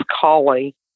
collie